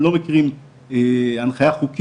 אחרים לגמרי ובכלל הנושא התכנוני לא בסמכות הוועדה,